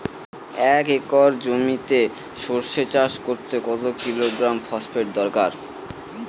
এক একর জমিতে সরষে চাষ করতে কত কিলোগ্রাম ফসফেট দরকার?